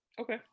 Okay